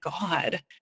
God